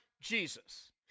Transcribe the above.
Jesus